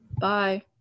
bye